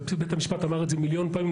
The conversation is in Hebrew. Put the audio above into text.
ובית המשפט אמר את זה מיליון פעמים,